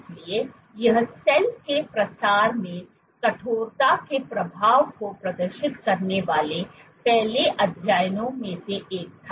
इसलिए यह सेल के प्रसार में कठोरता के प्रभाव को प्रदर्शित करने वाले पहले अध्ययनों में से एक था